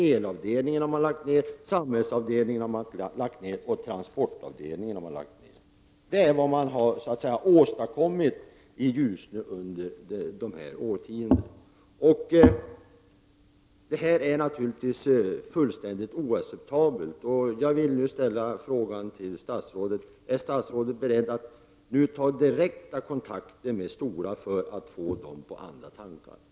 Elavdelningen har lagts ned. Samhällsavdelningen har lagts ned. Transportavdelningen har lagts ned. Det är vad som har åstadkommits i Ljusne under dessa årtionden. Och det är naturligtvis fullständigt oacceptabelt. Jag vill nu ställa följande fråga till statsrådet: Är statsrådet beredd att nu ta direkta kontakter med Stora för att få företaget på andra tankar?